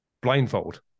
blindfold